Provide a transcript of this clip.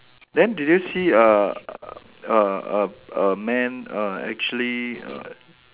then did you see a a a a man a actually err